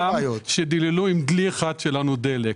דיללו עם דלי אחד שלנו דלק.